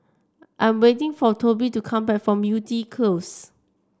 I'm waiting for Toby to come back from Yew Tee Close